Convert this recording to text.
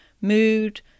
mood